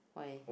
why